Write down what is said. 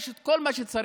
יש את כל מה שצריך,